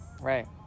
Right